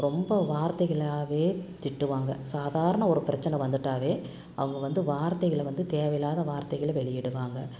ரொம்ப வார்த்தைகளாகவே திட்டுவாங்க சாதாரண ஒரு பிரச்சனை வந்துட்டாலே அவங்க வந்து வார்த்தைகளை வந்து தேவ இல்லாத வார்த்தைகளை வெளியிடுவாங்க